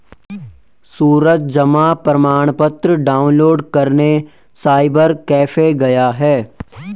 सूरज जमा प्रमाण पत्र डाउनलोड करने साइबर कैफे गया